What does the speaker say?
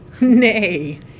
Nay